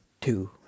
two